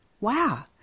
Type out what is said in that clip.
Wow